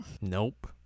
Nope